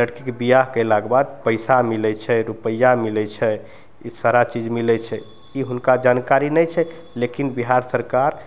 लड़कीके बियाह कयलाक बाद पैसा मिलय छै रुपैआ मिलय छै ई सारा चीज मिलय छै ई हुनका जानकारी नहि छै लेकिन बिहार सरकार